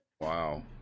wow